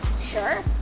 Sure